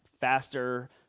faster